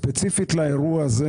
ספציפית לאירוע הזה,